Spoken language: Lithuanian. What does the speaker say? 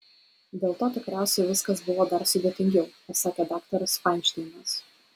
dėl to tikriausiai viskas buvo dar sudėtingiau pasakė daktaras fainšteinas